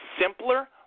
simpler